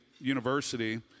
University